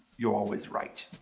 you're always right.